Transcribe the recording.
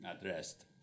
addressed